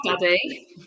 daddy